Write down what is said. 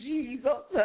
Jesus